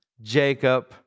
Jacob